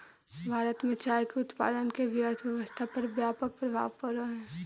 भारत में चाय के उत्पादन के भी अर्थव्यवस्था पर व्यापक प्रभाव पड़ऽ हइ